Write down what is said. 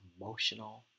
emotional